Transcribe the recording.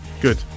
Good